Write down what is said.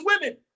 women